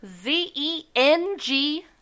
Z-E-N-G